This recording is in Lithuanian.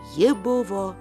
ji buvo